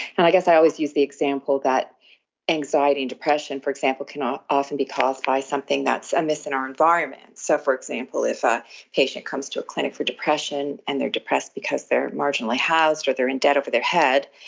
and i guess i always use the example that anxiety and depression, for example, can often be caused by something that's amiss in our environment, so for example if a patient comes to a clinic for depression and they're depressed because they're marginally housed or they're in debt over their head,